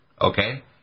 okay